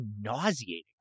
nauseating